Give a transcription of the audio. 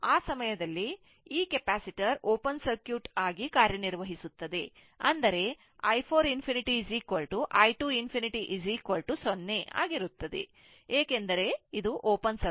ಆ ಸಮಯದಲ್ಲಿ ಈ ಕೆಪಾಸಿಟರ್ ಓಪನ್ ಸರ್ಕ್ಯೂಟ್ ಆಗಿ ಕಾರ್ಯನಿರ್ವಹಿಸುತ್ತದೆ ಅಂದರೆ i 4 ∞ i 2 ∞ 0 ಆಗಿರುತ್ತದೆ ಏಕೆಂದರೆ ಇದು ಓಪನ್ ಸರ್ಕ್ಯೂಟ್ ಆಗಿದೆ